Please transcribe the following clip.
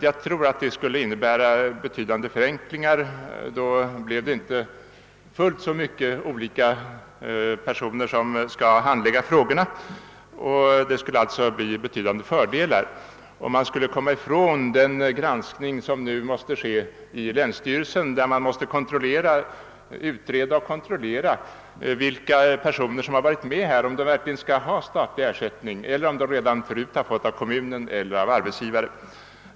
Det tror jag skulle innebära betydande förenklingar. Då blev det inte fullt så många som handlägger frågorna, och det skulle innebära betydande fördelar, samtidigt som vi skulle slippa den granskning som nu måste ske i länsstyrelserna, där man måste utreda och kontrollera vilka personer som deltagit och om de verkligen skall ha statlig ersättning eller redan har fått ersättning av kommun eller arbetsgivare.